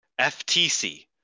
FTC